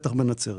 בטח בנצרת.